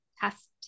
test